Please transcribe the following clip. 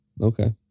Okay